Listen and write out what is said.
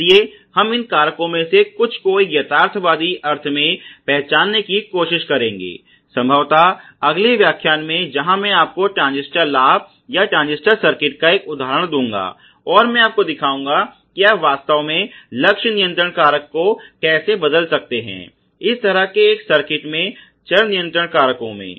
इसलिए हम इन कारकों में से कुछ को एक यथार्थवादी अर्थ में पहचानने की कोशिश करेंगे संभवतः अगले व्याख्यान में जहां मैं आपको ट्रांजिस्टर लाभ या ट्रांजिस्टर सर्किट का एक उदाहरण दूंगा और मैं आपको दिखाऊंगा कि आप वास्तव में लक्ष्य नियंत्रण कारकों को कैसे बदल सकते हैं इस तरह के एक सर्किट में चर नियंत्रण कारकों में